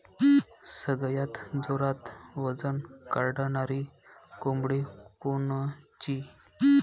सगळ्यात जोरात वजन वाढणारी कोंबडी कोनची?